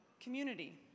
community